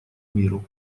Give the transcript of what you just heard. миру